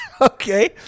Okay